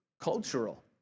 cultural